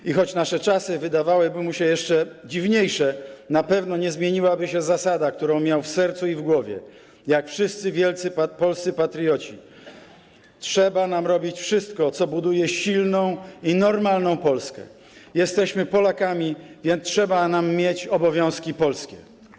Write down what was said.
I choć nasze czasy wydawałyby mu się jeszcze dziwniejsze, na pewno nie zmieniłaby się zasada, którą miał w sercu i w głowie, jak wszyscy wielcy polscy patrioci: trzeba nam robić wszystko, co buduje silną i normalną Polskę, jesteśmy Polakami, więc trzeba nam mieć obowiązki polskie.